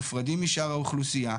מופרדים משאר האוכלוסייה,